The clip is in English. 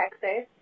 Texas